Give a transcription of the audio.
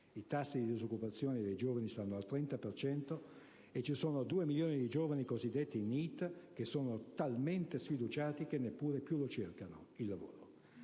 Il tasso di disoccupazione dei giovani sfiora il 30 per cento e ci sono 2 milioni di giovani cosiddetti NEET che sono talmente sfiduciati che neppure più lo cercano, il lavoro.